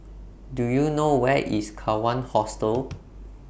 Do YOU know Where IS Kawan Hostel